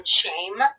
shame